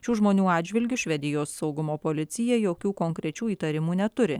šių žmonių atžvilgiu švedijos saugumo policija jokių konkrečių įtarimų neturi